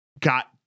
got